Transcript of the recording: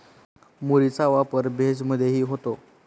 मुरीचा वापर भेज मधेही होतो